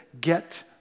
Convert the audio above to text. get